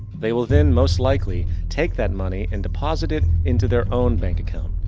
they will then most likely take that money and deposit it into their own bank account.